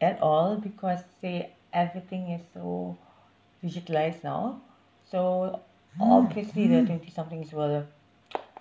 at all because say everything is so digitalised now so obviously the twenty something is well of